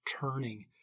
turning